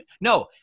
no